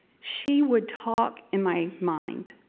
she would talk in my mind